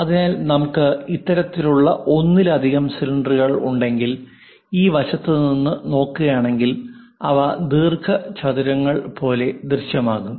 അതിനാൽ നമുക്ക് ഇത്തരത്തിലുള്ള ഒന്നിലധികം സിലിണ്ടറുകൾ ഉണ്ടെങ്കിൽ ഈ വശത്തു നിന്ന് നോക്കുകയാണെങ്കിൽ അവ ദീർഘചതുരങ്ങൾ പോലെ ദൃശ്യമാകും